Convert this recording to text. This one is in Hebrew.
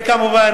וכמובן,